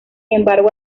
embargo